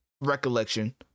recollection